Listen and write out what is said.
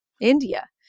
India